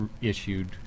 issued